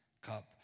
cup